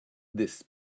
this